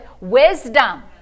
wisdom